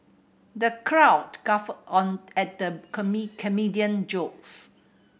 the crowd guffawed on at the comedian jokes